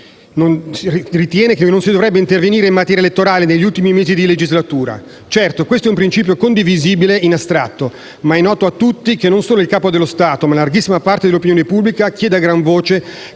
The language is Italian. ritiene che non si dovrebbe intervenire in materia elettorale negli ultimi mesi della legislatura. Certo, questo è un principio condivisibile in astratto, ma è noto a tutti che non solo il Capo dello Stato, ma larghissima parte dell'opinione pubblica chiede a gran voce